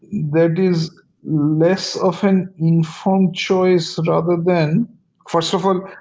there is less of an informed choice, rather than first of um